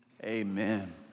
Amen